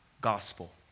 gospel